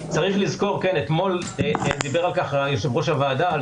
חושב --- אדוני היושב-ראש, אבל הבנתם את השאלה.